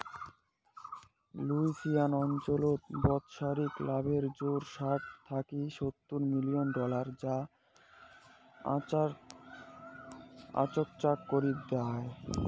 Louisiana অঞ্চলত বাৎসরিক লাভের জোখন ষাট থাকি সত্তুর মিলিয়ন ডলার যা আচাকচাক করি দ্যায়